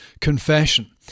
Confession